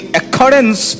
accordance